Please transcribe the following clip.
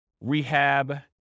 rehab